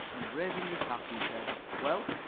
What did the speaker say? and, raising his hat, he said well,